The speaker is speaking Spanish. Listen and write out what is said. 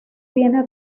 viene